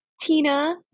Tina